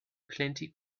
plenty